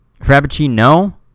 frappuccino